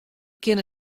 kinne